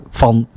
van